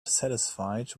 satisfied